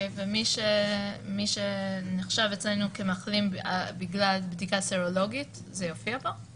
ומי שנחשב אצלנו כמחלים בגלל בדיקה סרולוגית זה יופיע פה?